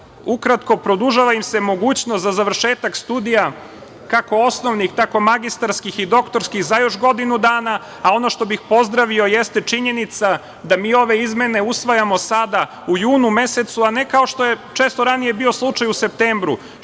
Ukratko, produžava im se mogućnost za završetak studija kako osnovnih, tako magistarskih i doktorskih za još godinu dana, a ono što bih pozdravio jeste činjenica da mi ove izmene usvajamo sada, u junu mesecu, a ne kao što je često ranije bio slučaj, u septembru,